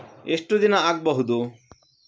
ಎಷ್ಟು ದಿನ ಆಗ್ಬಹುದು?